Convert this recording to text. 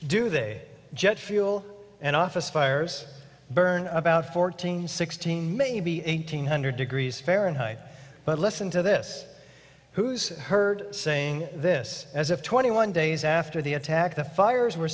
do they jet fuel and office fires burn about fourteen sixteen maybe eight hundred degrees fahrenheit but listen to this who's heard saying this as if twenty one days after the attack the fires were